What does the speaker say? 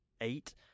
eight